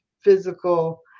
physical